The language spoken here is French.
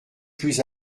plus